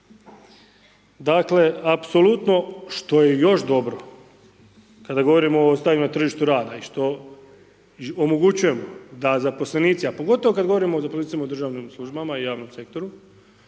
Dakle, apsolutno što je još dobro, kada govorimo o stanju na tržištu rada i što omogućujemo da zaposlenici, a pogotovo kada govorimo o zaposlenicima u državnim službama i javnom sektoru